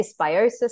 dysbiosis